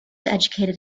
educated